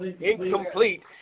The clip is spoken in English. incomplete